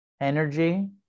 energy